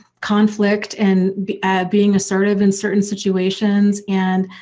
conflict and being assertive in certain situations and